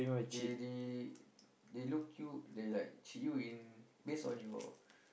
they they they look you they like cheat you in based on your